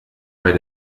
bei